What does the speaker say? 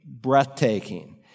breathtaking